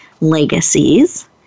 Legacies